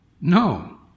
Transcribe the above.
No